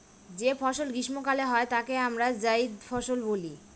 যে ফসল গ্রীস্মকালে হয় তাকে আমরা জাইদ ফসল বলি